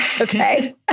Okay